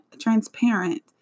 transparent